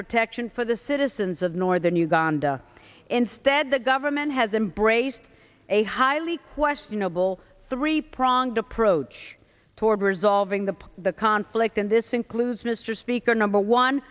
protection for the citizens of northern uganda instead the government has embraced a highly questionable three pronged approach toward resolving the the conflict and this includes mr speaker number one